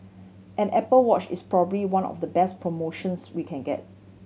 an Apple Watch is probably one of the best promotions we can get